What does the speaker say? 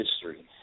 history